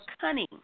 cunning